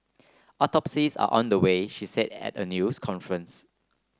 autopsies are under way she said at a news conference